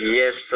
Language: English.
yes